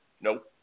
Nope